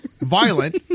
violent